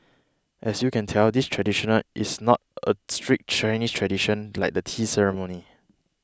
as you can tell this traditional is not a strict Chinese tradition like the tea ceremony